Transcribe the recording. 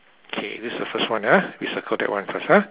K this the first one ah we circle that one first ah